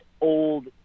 Old